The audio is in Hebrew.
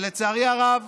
שלצערי הרב